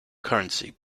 currency